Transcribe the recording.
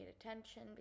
attention